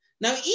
Now